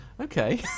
Okay